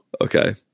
Okay